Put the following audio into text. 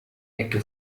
ecke